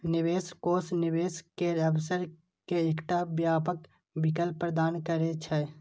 निवेश कोष निवेश केर अवसर के एकटा व्यापक विकल्प प्रदान करै छै